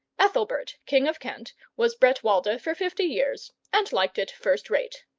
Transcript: ethelbert, king of kent, was bretwalda for fifty years, and liked it first-rate.